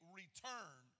return